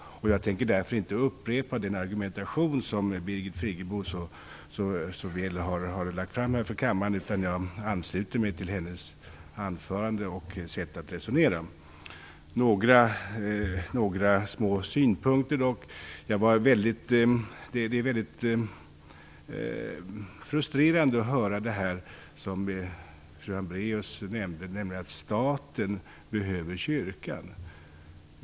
Jag tänker därför inte upprepa den argumentation som Birgit Friggebo så väl har lagt fram här för kammaren, utan jag ansluter mig till hennes anförande och sätt att resonera. Jag skall dock framföra några små synpunkter. Det är mycket frustrerande att höra det som fru Hambraeus nämnde, nämligen att staten behöver kyrkan.